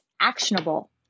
actionable